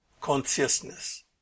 Consciousness